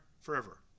forever